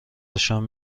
روشن